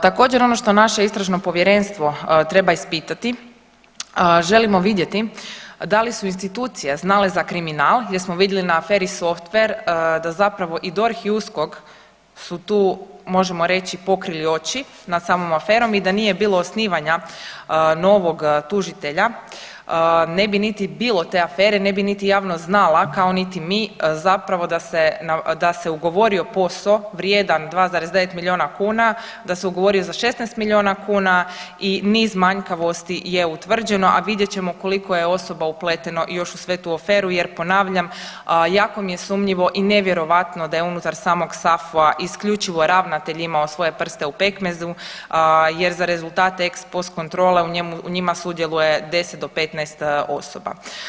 Također ono što naše istražno povjerenstvo treba ispitati želimo vidjeti da li su institucije znale za kriminal jer smo vidjeli na aferi softver da zapravo i DORH i USKOK su tu možemo reći pokrili oči nad samom aferom i da nije bilo osnivanja novog tužitelja ne bi niti bilo te afere, ne bi niti javnost znala, kao niti mi zapravo da se, da se ugovorio posao vrijedan 2,9 milijuna kuna, da se ugovorio za 16 milijuna kuna i niz manjkavosti je utvrđeno, a vidjet ćemo koliko je osoba upleteno još u sve tu aferu jer ponavljam jako mi je sumnjivo i nevjerojatno da je unutar samog SAFU-a isključivo ravnatelj imao svoje prste u pekmezu jer za rezultate ex post kontrole u njima sudjeluje 10 do 15 osoba.